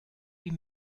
wie